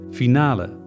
finale